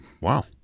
Wow